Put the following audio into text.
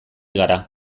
gara